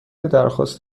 درخواست